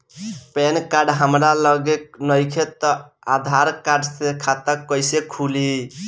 Pan card हमरा लगे नईखे त आधार कार्ड से खाता कैसे खुली?